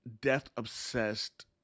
death-obsessed